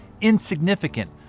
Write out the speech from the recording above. insignificant